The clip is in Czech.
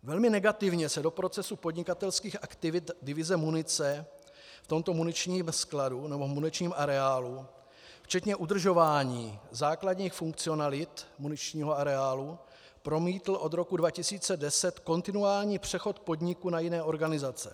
Velmi negativně se do procesu podnikatelských aktivit divize munice v tomto muničním skladu nebo muničním areálu včetně udržování základních funkcionalit muničního areálu promítl od roku 2010 kontinuální přechod podniku na jiné organizace.